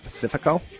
Pacifico